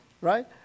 Right